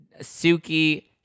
Suki